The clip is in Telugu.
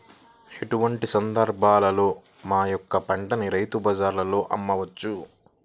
ఎటువంటి సందర్బాలలో మా యొక్క పంటని రైతు బజార్లలో అమ్మవచ్చు?